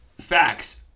facts